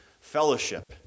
fellowship